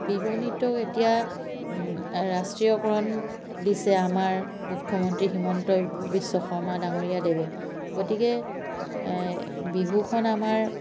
বিহু নৃত্যও এতিয়া ৰাষ্ট্ৰীয়কৰণ দিছে আমাৰ মুখ্যমন্ত্ৰী হিমন্ত বিশ্ব শৰ্মা ডাঙৰীয়াদেৱে গতিকে বিহুখন আমাৰ